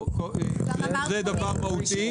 זה דבר מהותי,